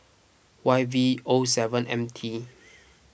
Y V O seven M T